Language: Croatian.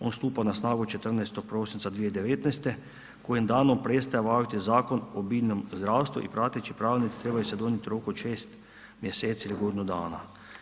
On stupa na snagu 14. prosinca 2019. kojem danom prestaje važiti Zakon o biljnom zdravstvu i prateći pravnici trebaju se donijeti u roku od 6 mjeseci ili godinu dana.